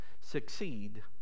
Succeed